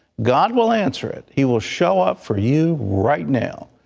god will answer it he will show up for you right now.